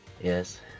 Yes